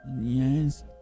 Yes